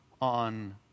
on